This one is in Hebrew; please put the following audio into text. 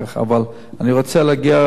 אבל אני רוצה להרגיע אתכם,